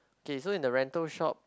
K so in the rental shop